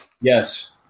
yes